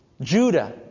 Judah